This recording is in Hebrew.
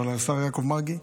אבל על השר יעקב מרגי,